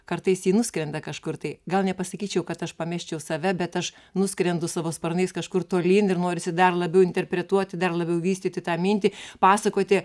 kartais ji nuskrenda kažkur tai gal nepasakyčiau kad aš pamesčiau save bet aš nuskrendu savo sparnais kažkur tolyn ir norisi dar labiau interpretuoti dar labiau vystyti tą mintį pasakoti